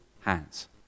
hands